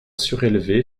surélevé